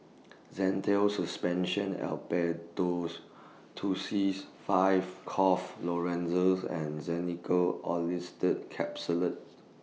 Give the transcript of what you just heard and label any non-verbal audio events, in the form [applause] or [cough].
Zental Suspension [unintelligible] Tussils five Cough Lozenges and Xenical Orlistat Capsules